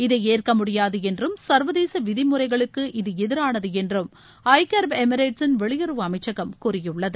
இதை ஏற்க முடியாது என்றும் சர்வதேச விதிமுறைகளுக்கு இது எதிரானது என்றும் ஐக்கிய அரபு எமிரேட்சின் வெளியுறவு அமைச்சகம் கூறியுள்ளது